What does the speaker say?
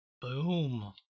Boom